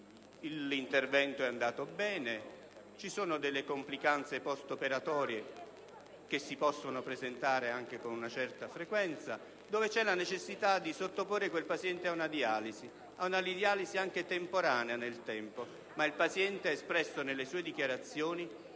l'intervento è andato bene, ma vi sono state complicanze post-operatorie che si possono verificare anche con una certa frequenza; si è posta dunque la necessità di sottoporre il paziente ad una dialisi, anche temporanea, ma il paziente ha espresso nelle sue dichiarazioni la